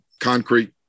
concrete